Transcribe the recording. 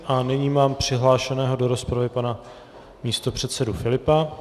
A nyní mám přihlášeného do rozpravy pana místopředsedu Filipa.